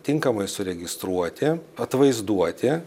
tinkamai suregistruoti atvaizduoti